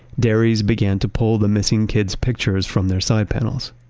dairies began to pull the missing kids' pictures from their side panels.